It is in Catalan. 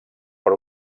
per